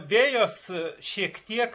vėjas šiek tiek